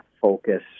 focus